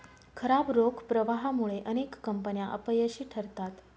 खराब रोख प्रवाहामुळे अनेक कंपन्या अपयशी ठरतात